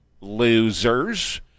losers